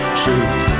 truth